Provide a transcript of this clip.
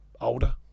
Older